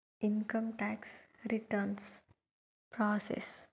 income tax returns process